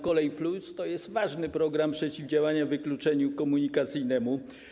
Kolej+˝ to ważny program przeciwdziałania wykluczeniu komunikacyjnemu.